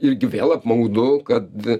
irgi vėl apmaudu kad